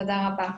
תודה רבה.